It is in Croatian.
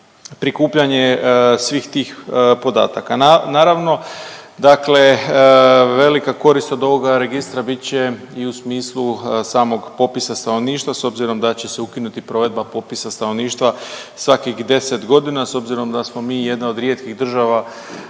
prikupljanje svih tih podataka. Naravno dakle, velika korist od ovoga Registra bit će i u smislu samog popisa stanovništva, s obzirom da će se ukinuti provedba popisa stanovništva svakih 10 godina s obzirom da smo mi jedna od rijetkih država